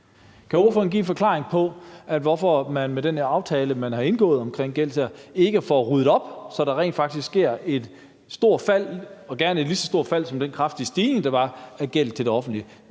Kan ordføreren give en forklaring på, hvorfor man med den her aftale, man har indgået om gældssager, ikke får ryddet op, så der rent faktisk sker et stort fald og gerne et lige så stort fald som den kraftige stigning, der var, af gæld til det offentlige,